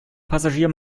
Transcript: passagier